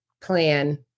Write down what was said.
plan